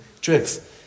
tricks